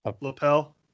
Lapel